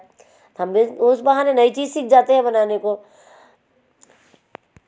तो हम इस उस बहाने नई चीज़ सीख जाते हैं बनाने को